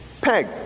Peg